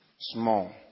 small